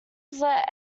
let